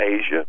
Asia